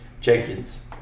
Jenkins